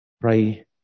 pray